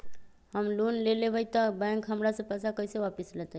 हम लोन लेलेबाई तब बैंक हमरा से पैसा कइसे वापिस लेतई?